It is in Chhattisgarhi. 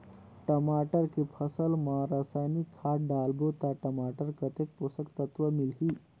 टमाटर के फसल मा रसायनिक खाद डालबो ता टमाटर कतेक पोषक तत्व मिलही?